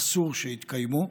אסור שיתקיימו.